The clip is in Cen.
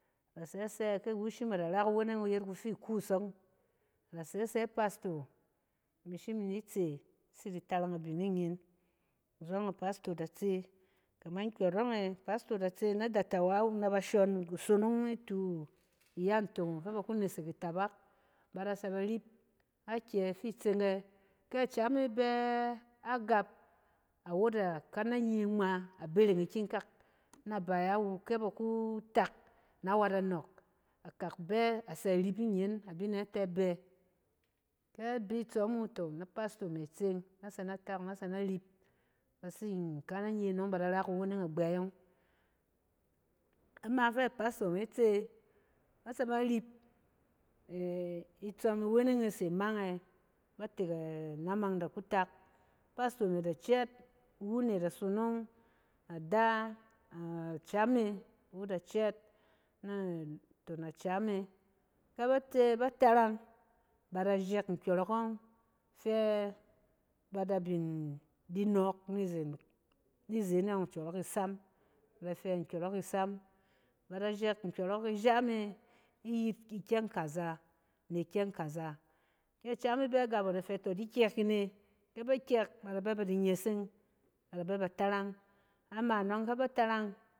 Ada tse sɛ ki wu shim ada ra kuweneng wu yet kufi kuus ↄng, ada tsɛ sɛ pastor imi shim nit se tsi di tarang abining in azↄng a pastor da tse kamang kyↄrↄng ɛ, a pastor da tse na dahawa wuna ba shↄn kusonong nitu ya ntong fɛ ba ku nesek itabak. Ba da tsɛ ba rip akyɛ fi itseng ɛ? Kɛ cam e bɛ agap, awɛt a kana nye ngma, a bereng ikyinkat a baya wu kɛ ba kutak na wat a nↄk. akak bɛ a tsɛ rip ninyɛn abinɛ tɛ bɛ, kɛ bi tsↄm wu tↄ na pastor me tsong nɛ tsɛ na torang, nɛ tsɛ na rip, ba tsi kane nye nↄng ba da ra koweneng mgbey ↄng. Ama fɛ pastor me tse, ba tsɛ ba rip itsↄm iweneng e se a mang ɛ? Ba tek a naming da ku tak, pastor me da cɛɛt, iwu ne ada sonong ada a cam e. iwu da cɛɛt naton acam e, kɛ ba tsɛ ba tarang, ba da jɛk nkyↄrↄk ija me iyit ikyɛng kaza ni kyɛng kaza. kɛ cam e bɛ gap awo ada fɛ tↄ di kyɛk in ne, kɛ ba kyɛk ba da bɛ ba di nyesong bada bɛ ba tarang, ama nↄng kɛ ba tarang